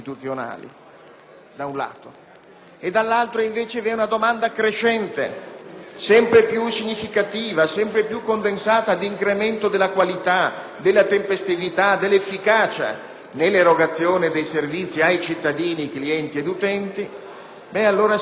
e dall'altro invece una domanda crescente, sempre più significativa e condensata di incremento della qualità, della tempestività e dell'efficacia nell'erogazione dei servizi ai cittadini clienti e utenti,